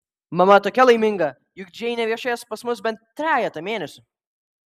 mama tokia laiminga juk džeinė viešės pas mus bent trejetą mėnesių